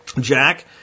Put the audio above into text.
Jack